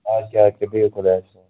اَدٕ کیٛاہ اَدٕ کیٛاہ بِہِو خۄدایَس حوال